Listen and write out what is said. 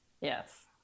yes